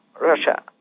Russia